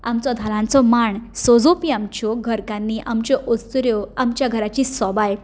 आमचो धालांचो मांड सजोवपी आमच्यो घरकान्नी आमच्यो अस्तुऱ्यो आमच्या घराची सोभाय